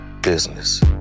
business